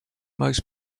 most